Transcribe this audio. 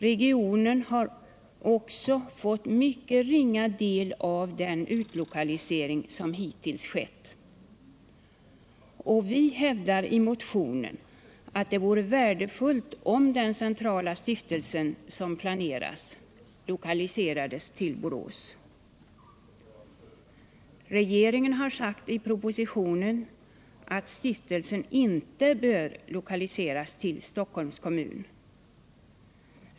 Regionen har dessutom fått en mycket ringa del av den utlokalisering som hittills skett. Vi hävdade i motionen att det vore värdefullt om den planerade centrala stiftelsen lokaliserades till Borås. Regeringen har i propositionen sagt att stiftelsen inte bör lokaliseras till Stockholms kommun.